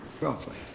Roughly